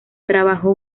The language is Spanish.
trabajó